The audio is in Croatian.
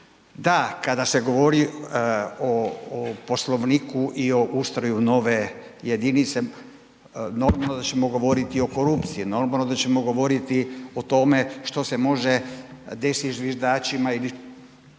Da, kada se govori o Poslovniku i o ustroju nove jedinice, normalno da ćemo govoriti o korupciji, normalno da ćemo govoriti o tome što se može desiti zviždačima ili,